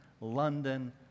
London